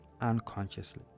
unconsciously